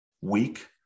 weak